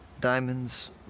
diamonds